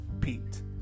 Pete